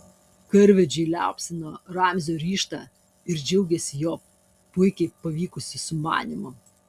karvedžiai liaupsino ramzio ryžtą ir džiaugėsi jo puikiai pavykusiu sumanymu